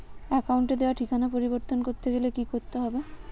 অ্যাকাউন্টে দেওয়া ঠিকানা পরিবর্তন করতে গেলে কি করতে হবে?